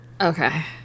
Okay